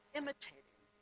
imitating